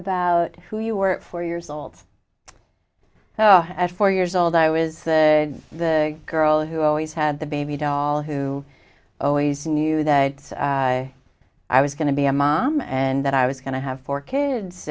about who you were at four years old at four years old i was the girl who always had the baby to all who always knew that i was going to be a mom and that i was going to have four kids